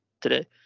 today